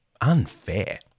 Unfair